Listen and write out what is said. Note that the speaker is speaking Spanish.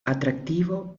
atractivo